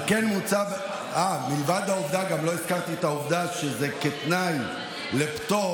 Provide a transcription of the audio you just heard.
גם לא הזכרתי את העובדה שזה כתנאי לפטור